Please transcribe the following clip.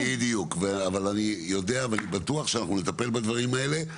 אני בטוח שאנחנו נטפל בדברים האלה.